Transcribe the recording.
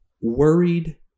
worried